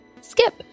Skip